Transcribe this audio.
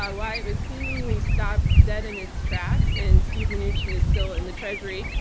why why it was seemingly stopped dead in its tracks and steven mnuchin is still in the treasury,